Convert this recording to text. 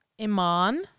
Iman